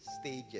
stages